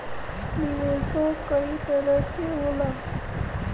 निवेशो कई तरीके क होला